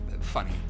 funny